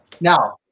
Now